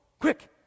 quick